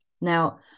Now